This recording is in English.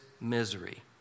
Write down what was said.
misery